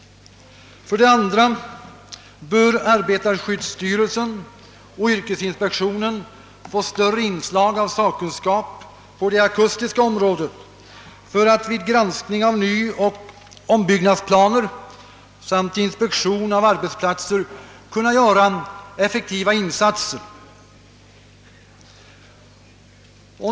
För det andra bör arbetarskyddsstyrelsen och yrkesinspektionen få större inslag av sakkunskap på det akustiska området för att vid granskning av nyoch ombyggnadsplaner samt inspektion av arbetsplatser kunna göra effektiva insatser.